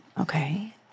Okay